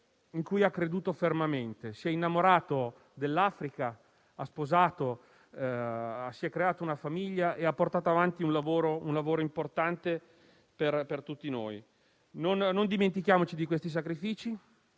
in cui ha creduto fermamente. Luca Attanasio si è innamorato dell'Africa, si è creato una famiglia e ha portato avanti un lavoro importante per tutti noi. Non dimentichiamoci di questi sacrifici,